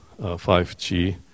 5G